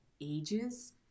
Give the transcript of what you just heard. ages